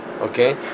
okay